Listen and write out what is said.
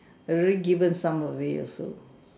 already given some away also